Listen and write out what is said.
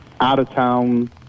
out-of-town